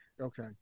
okay